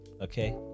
okay